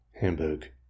Hamburg